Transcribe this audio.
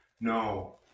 No